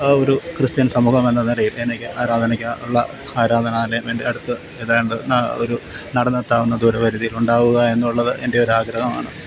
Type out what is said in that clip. ഒരു കൃസ്ത്യൻ സമൂഹമെന്ന നിലയിൽ എനിക്ക് ആരാധനയ്ക്ക് ഉള്ള ആരാധനാലയം എൻ്റെ അടുത്ത് ഏതാണ്ട് ഒരു നടന്നെത്താവുന്ന ദൂരപരിധിയിലുണ്ടാവുക എന്നുള്ളത് എൻ്റെ ഒരാഗ്രഹമാണ്